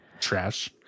trash